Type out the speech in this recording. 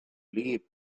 wlyb